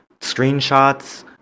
screenshots